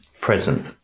present